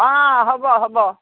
অঁ হ'ব হ'ব